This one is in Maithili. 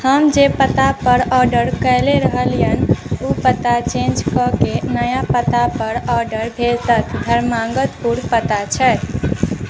हम जे पता पर ऑर्डर कैले रहलियन ओ पता चेंज कऽ के नया पता पर ऑर्डर भेज दैथ घर माँगत पुर पता छै